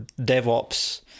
DevOps